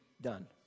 done